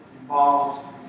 involves